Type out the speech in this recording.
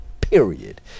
Period